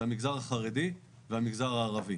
זה המגזר החרדי והמגזר הערבי.